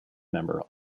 member